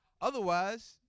Otherwise